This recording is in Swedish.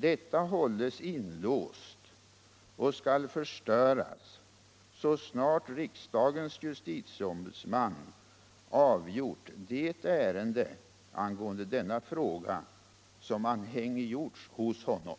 Detta hålls inlåst och skall förstöras så snart riksdagens justitieombudsman avgjort det ärende angående denna fråga som anhängiggjorts hos honom.